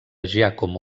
giacomo